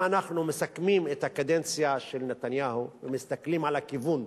אם אנחנו מסכמים את הקדנציה של נתניהו ומסתכלים על הכיוון,